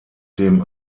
dem